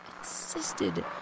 insisted